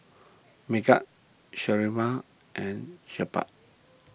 Megat Sharifah and Jebat